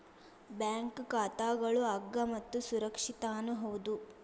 bank ಖಾತಾಗಳು ಅಗ್ಗ ಮತ್ತು ಸುರಕ್ಷಿತನೂ ಹೌದು